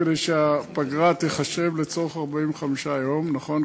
כדי שהפגרה תיחשב לצורך 45 יום נכון?